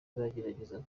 bagerageza